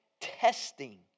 testing